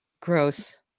gross